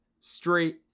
straight